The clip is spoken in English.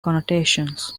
connotations